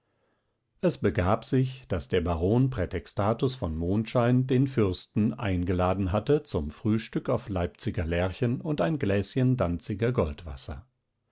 es begab sich daß der baron prätextatus von mondschein den fürsten eingeladen hatte zum frühstück auf leipziger lerchen und ein gläschen danziger goldwasser